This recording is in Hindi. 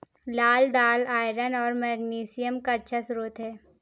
लाल दालआयरन और मैग्नीशियम का अच्छा स्रोत है